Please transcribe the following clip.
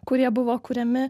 kurie buvo kuriami